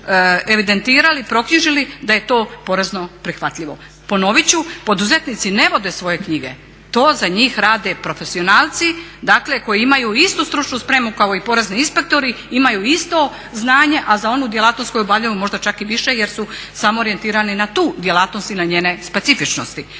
evidentirati, proknjižili da je to porezno prihvatljivo. Ponovit ću, poduzetnici ne vode svoje knjige. To za njih rade profesionalci, dakle koji imaju istu stručnu spremu kao i porezni inspektori, imaju isto znanje, a za onu djelatnost koju obavljaju možda čak i više jer su samo orijentirani na tu djelatnost i na njene specifičnosti.